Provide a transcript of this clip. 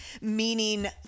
Meaning